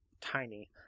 tiny